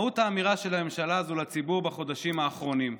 מהות האמירה של הממשלה הזו לציבור בחודשים האחרונים.